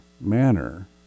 manner